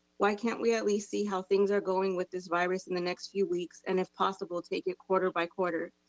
why can't we at least see how things are going with this virus in the next few weeks? and if possible, take it quarter by quarter.